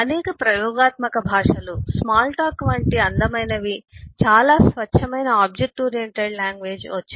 అనేక ప్రయోగాత్మక భాషలు స్మాల్ టాక్ వంటి అందమైనవి చాలా స్వచ్ఛమైన ఆబ్జెక్ట్ ఓరియెంటెడ్ లాంగ్వేజ్ వచ్చాయి